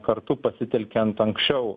kartu pasitelkiant anksčiau